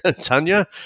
Tanya